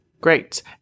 Great